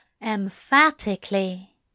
Emphatically